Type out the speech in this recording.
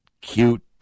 cute